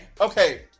okay